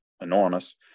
enormous